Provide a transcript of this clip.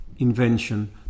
invention